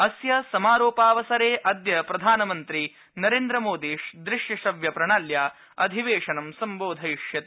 अस्य समारोपावसरे अद्य प्रधानमन्त्री नरेन्द्रमोदी दृश्यश्रव्यप्रणाल्या अधिवेशनं सम्बोधयिष्यति